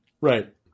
right